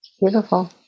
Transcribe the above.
Beautiful